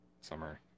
summer